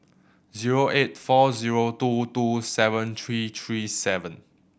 zero eight four zero two two seven three three seven